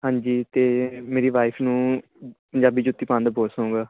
ਹਾਂਜੀ ਅਤੇ ਮੇਰੀ ਵਾਈਫ ਨੂੰ ਪੰਜਾਬੀ ਜੁੱਤੀ ਪਾਉਣ ਦਾ ਬਹੁਤ ਸ਼ੌਂਕ ਆ